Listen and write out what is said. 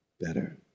Better